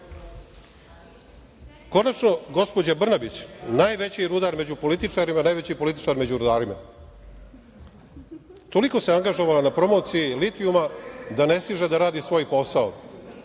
šeiku. Konačno, gospođa Brnabić, najveći rudar među političarima, najveći političar među rudarima. Toliko se angažovala na promociji litijuma da ne stiže da radi svoj posao.